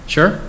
Sure